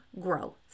grow